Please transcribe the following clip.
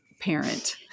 parent